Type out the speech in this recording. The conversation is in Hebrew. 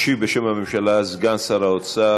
ישיב בשם הממשלה סגן שר האוצר,